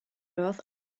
earth